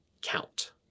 count